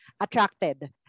attracted